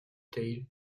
theil